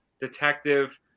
Detective